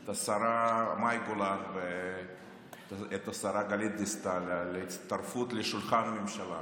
את השרה מאי גולן ואת השרה גלית דיסטל על הצטרפות לשולחן הממשלה,